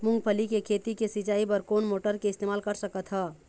मूंगफली के खेती के सिचाई बर कोन मोटर के इस्तेमाल कर सकत ह?